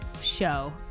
show